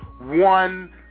one